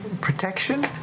Protection